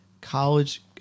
college